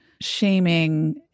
shaming